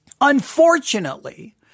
Unfortunately